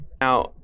Now